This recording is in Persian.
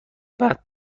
بعد